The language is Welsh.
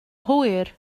hwyr